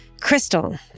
Crystal